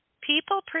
People